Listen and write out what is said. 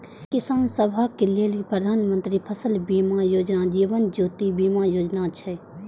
किसान सभक लेल प्रधानमंत्री फसल बीमा योजना, जीवन ज्योति बीमा योजना छै